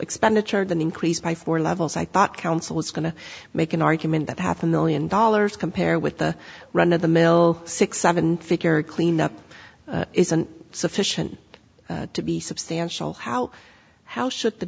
expenditure than increased by four levels i thought counsel was going to make an argument that half a million dollars compare with the run of the mill six seven figure cleanup isn't sufficient to be substantial how how should the